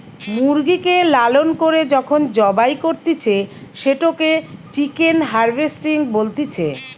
মুরগিকে লালন করে যখন জবাই করতিছে, সেটোকে চিকেন হার্ভেস্টিং বলতিছে